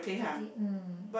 thirty mm